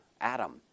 Adam